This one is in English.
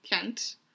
Kent